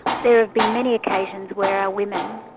there have been many occasions where our women,